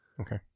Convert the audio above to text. Okay